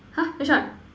!huh! which one